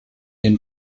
den